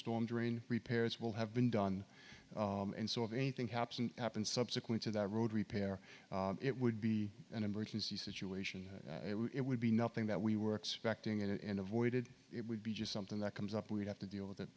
storm drain repairs will have been done and so if anything helps and happened subsequent to that road repair it would be an emergency situation it would be nothing that we were expecting and avoided it would be just something that comes up we have to deal with it